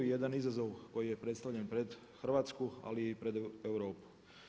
Jedan izazov koji je predstavljen pred Hrvatsku ali i pred Europu.